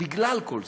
בגלל כל זאת,